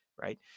right